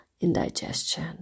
indigestion